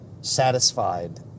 satisfied